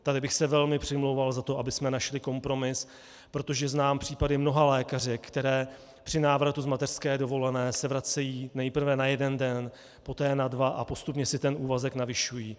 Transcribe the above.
Tady bych se velmi přimlouval za to, abychom našli kompromis, protože znám případy mnoha lékařek, které při návratu z mateřské dovolené se vracejí nejprve na jeden den, poté na dva a postupně si úvazek navyšují.